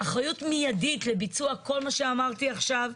אחריות מיידית לביצוע כל מה שאמרתי עכשיו,